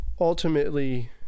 ultimately